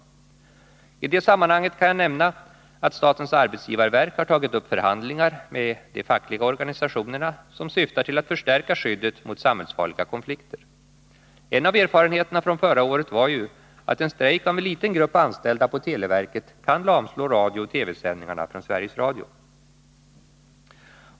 I det sammanhanget kan jag nämna att statens arbetsgivarverk har tagit upp förhandlingar med de fackliga organisationerna som syftar till att förstärka skyddet mot samhällsfarliga konflikter. En av erfarenheterna från förra året var ju att en strejk av enliten grupp anställda på televerket kan lamslå radiooch TV-sändningarna från Sveriges Radio.